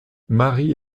mary